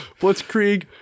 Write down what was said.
Blitzkrieg